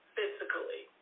Physically